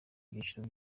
byiciro